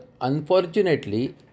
unfortunately